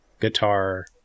guitar